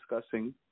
discussing